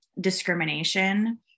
discrimination